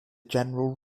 general